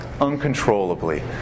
uncontrollably